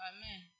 Amen